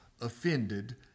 offended